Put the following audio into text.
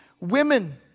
women